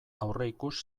aurreikus